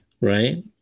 right